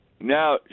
Now